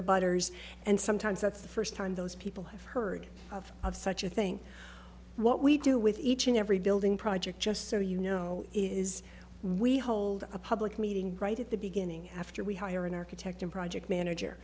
footer butters and sometimes that's the first time those people have heard of such a thing what we do with each and every building project just so you know is we hold a public meeting right at the beginning after we hire an architect and project manager